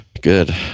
good